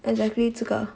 exactly 这个